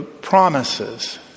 promises